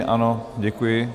Ano, děkuji.